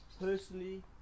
personally